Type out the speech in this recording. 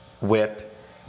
whip